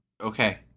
Okay